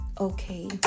okay